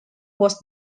was